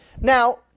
Now